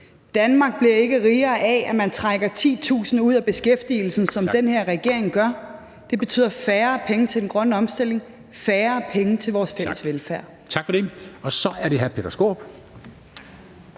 Danmark bliver ikke rigere af, at man trækker 10.000 ud af beskæftigelsen, som den her regering gør. Det betyder færre penge til den grønne omstilling, færre penge til vores fælles velfærd.